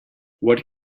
what